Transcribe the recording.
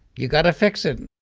you've got to fix it